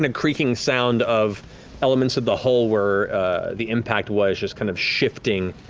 and creaking sound of elements of the hull where the impact was just kind of shifting.